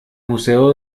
museo